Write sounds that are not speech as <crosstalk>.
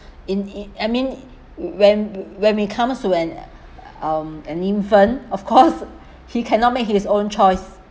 in in I mean <noise> when when we come to an um an infant of course <laughs> he cannot make his own choice